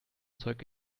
zeug